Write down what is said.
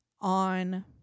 on